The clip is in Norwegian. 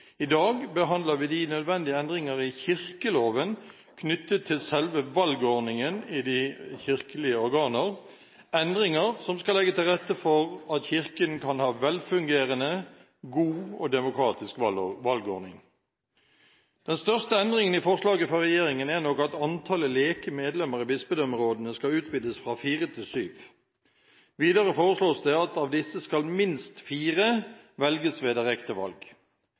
I dag behandler vi de nødvendige endringer i kirkeloven knyttet til selve valgordningen i de kirkelige organer – endringer som skal legge til rette for at Kirken kan ha en velfungerende, god og demokratisk valgordning. Den største endringen i forslaget fra regjeringen er nok at antallet leke medlemmer i bispedømmerådene skal utvides fra fire til syv. Videre foreslås det at av disse skal minst fire velges ved direkte valg.